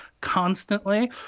constantly